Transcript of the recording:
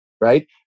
right